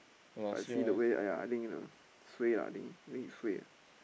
I see the way !aiya! I think the suay ah I think think he suay ah